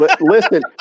Listen